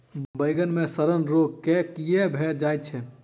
बइगन मे सड़न रोग केँ कीए भऽ जाय छै?